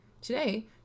Today